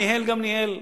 ניהל גם ניהל,